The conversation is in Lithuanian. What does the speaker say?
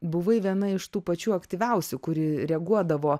buvai viena iš tų pačių aktyviausių kuri reaguodavo